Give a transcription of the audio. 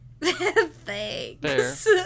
thanks